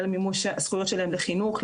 על מימוש הזכויות שלהם לחינוך,